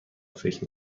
فکر